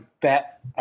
bet